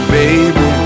baby